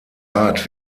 art